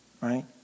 right